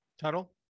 Tuttle